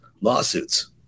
lawsuits